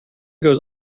goes